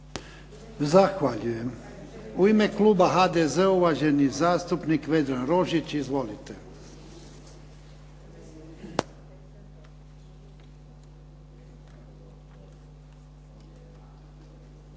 Zahvaljujem. U ime kluba HDZ-a, uvaženi zastupnik Vedran Rožić. Izvolite. **Rožić,